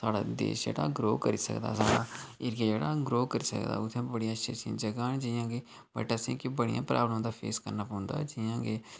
साड़ा देश जेहड़ा ग्रो करी सकदा ऐ साढ़ा एरिया जेहड़ा ग्रो करी सकदा उत्थै बड़ी अच्छी अच्छी जगह् न जि'यां कि बट असें ई बड़ियां परेशानियां फेस करनी पौंदियां न जि'यां कि